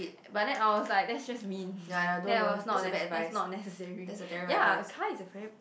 but then I was like that's just mean then it was not nec~ that's not necessary ya Kai is a very